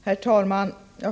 Herr talman!